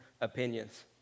opinions